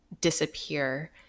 disappear